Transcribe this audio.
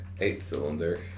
eight-cylinder